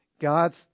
God's